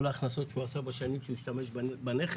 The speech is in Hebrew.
כל ההכנסות שהוא עשה בשנים שהוא השתמש בנכס,